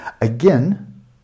Again